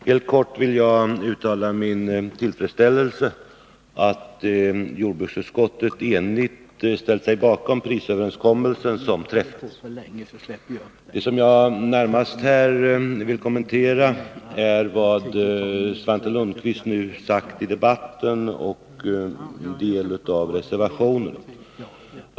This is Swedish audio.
Herr talman! Helt kort vill jag uttala min tillfredsställelse över att jordbruksutskottet enigt ställt sig bakom den prisöverenskommelse som träffats. Det som jag närmast vill kommentera är vad Svante Lundkvist nu sagt och en del av reservationerna.